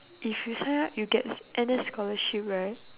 if you sign up you get N_S scholarship right